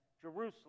Jerusalem